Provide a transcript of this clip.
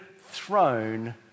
throne